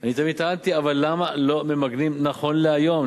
אני תמיד טענתי, למה לא ממגנים נכון להיום?